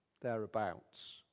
thereabouts